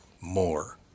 more